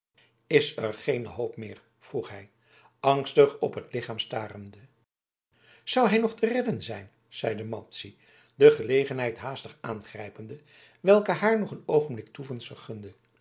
is er geene hoop meer vroeg hij angstig op het lichaam starende zou hij nog te redden zijn zeide madzy de gelegenheid haastig aangrijpende welke haar nog een oogenblik